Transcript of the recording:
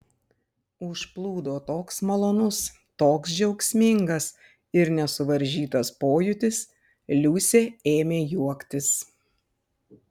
užplūdo toks malonus toks džiaugsmingas ir nesuvaržytas pojūtis liusė ėmė juoktis